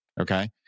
okay